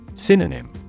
synonym